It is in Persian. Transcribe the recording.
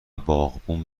باغبون